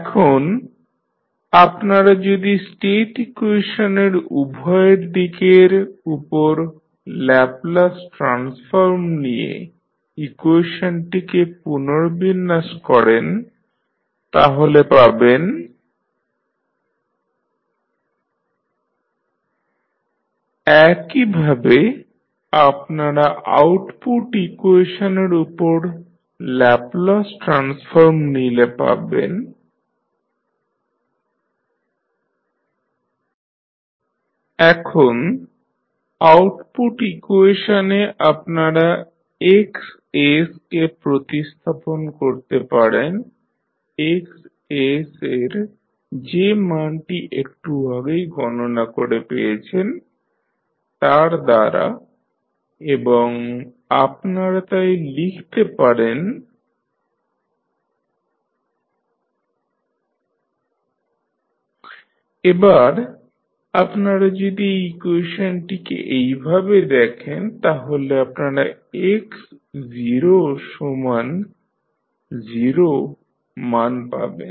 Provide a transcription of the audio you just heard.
এখন আপনারা যদি স্টেট ইকুয়েশনের উভয় দিকের উপর ল্যাপলাস ট্রান্সফর্ম নিয়ে ইকুয়েশনটিকে পুনর্বিন্যাস করেন তাহলে পাবেন XssI A 1x0 1BUs একইভাবে আপনারা আউটপুট ইকুয়েশনের উপর ল্যাপলাস ট্রান্সফর্ম নিলে পাবেন YsCXsDUs এখন আউটপুট ইকুয়েশনে আপনারা Xs কে প্রতিস্থাপন করতে পারেন Xs এর যে মানটি একটু আগেই গণনা করে পেয়েছেন তার দ্বারা এবং আপনারা তাই লিখতে পারেন YsCsI A 1x0CsI A 1BUsDUs এবার আপনারা যদি এই ইকুয়েশনটি এইভাবে দেখেন তাহলে আপনারা x0 মান পাবেন